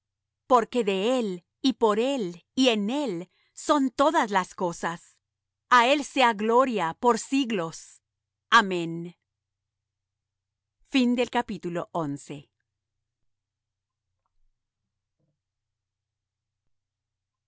porque de él y por él y en él son todas las cosas a él sea gloria por siglos amén asi